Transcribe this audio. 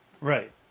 Right